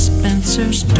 Spencer's